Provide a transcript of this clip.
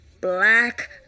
black